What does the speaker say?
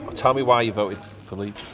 tell me why you voted for leave.